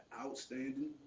Outstanding